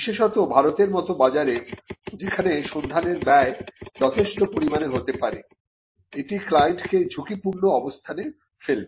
বিশেষত ভারতের মতো বাজারে যেখানে সন্ধানের ব্যয় যথেষ্ট পরিমাণে হতে পারে এটি ক্লায়েন্টকে ঝুঁকিপূর্ণ অবস্থানে ফেলবে